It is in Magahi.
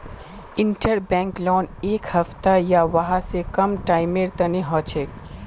इंटरबैंक लोन एक हफ्ता या वहा स कम टाइमेर तने हछेक